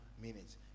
minutes